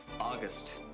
august